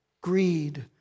greed